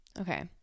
okay